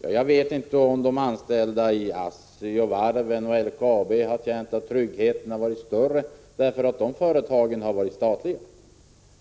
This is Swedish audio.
Jag vet inte om de anställda i ASSI, på varven eller i LKAB har känt större trygghet därför att dessa företag är statliga.